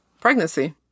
pregnancy